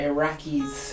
Iraqis